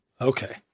Okay